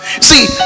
See